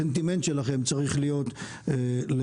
הסנטימנט שלכם צריך להיות להתחרות.